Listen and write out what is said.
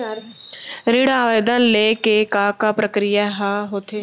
ऋण आवेदन ले के का का प्रक्रिया ह होथे?